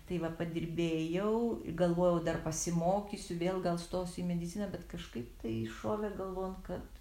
tai va padirbėjau galvojau dar pasimokysiu vėl gal stosiu į mediciną bet kažkaip tai šovė galvon kad